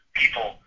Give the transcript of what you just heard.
people